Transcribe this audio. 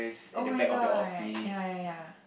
oh-my-god ya ya ya